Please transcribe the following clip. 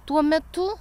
tuo metu